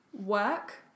work